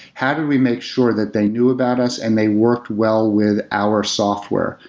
how do we make sure that they knew about us and they worked well with our software?